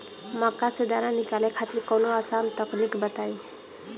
मक्का से दाना निकाले खातिर कवनो आसान तकनीक बताईं?